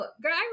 girl